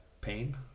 pain